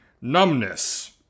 numbness